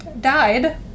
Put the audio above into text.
died